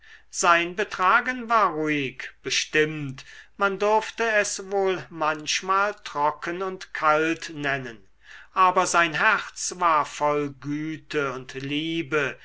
sein betragen war ruhig bestimmt man durfte es wohl manchmal trocken und kalt nennen aber sein herz war voll güte und liebe